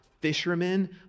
Fishermen